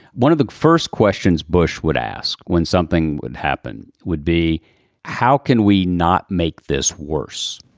one of the first questions bush would ask when something would happen would be how can we not make this worse?